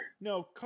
No